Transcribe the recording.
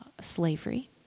slavery